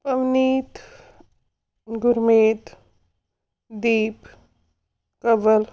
Avneet Gurmeet Deep Kawal